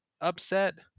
upset